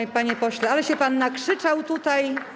Oj, panie pośle, ale się pan nakrzyczał tutaj.